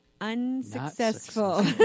Unsuccessful